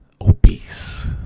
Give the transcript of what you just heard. Obese